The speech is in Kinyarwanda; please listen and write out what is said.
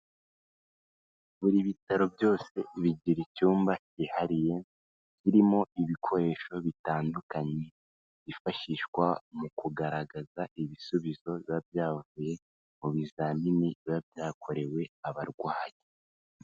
Buri bitaro byose bigira icyumba cyihariye kirimo ibikoresho bitandukanye, byifashishwa mu kugaragaza ibisubizo biba byavuye mu bizamini biba byakorewe abarwayi.